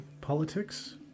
politics